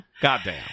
Goddamn